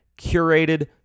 curated